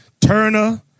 Turner